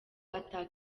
ata